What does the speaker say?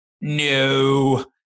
no